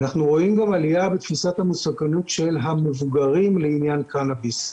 אנחנו רואים גם עלייה בתפיסת המסוכנות של המבוגרים לעניין קנביס,